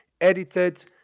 edited